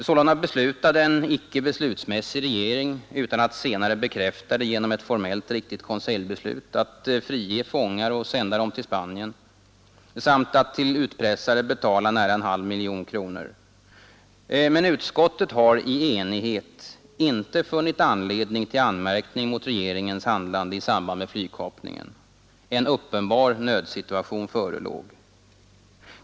Sålunda beslutade en icke beslutmässig regering, utan att senare bekräfta det genom ett formellt riktigt konseljbeslut, att frige fångar och sända dem till Spanien samt att till utpressare betala nära en halv miljon kronor. Men utskottet har i enighet inte funnit anledning till anmärkning mot regeringens handlande i samband med flygkapningen. En uppenbar nödsituation förelåg.